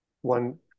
one